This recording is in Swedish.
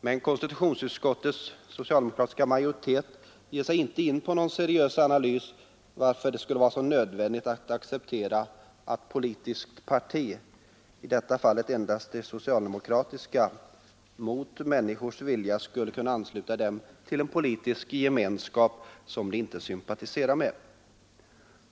Men konstitutionsutskottets socialdemokratiska majoritet ger sig inte in på någon seriös analys av varför dét skulle vara så nödvändigt att acceptera att ett politiskt parti — i detta fall endast det socialdemokratiska — mot människors vilja skall kunna ansluta dem till en politisk gemenskap som de inte sympatiserar med.